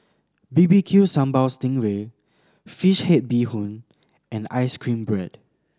B B Q Sambal sting ray fish head bee hoon and ice cream bread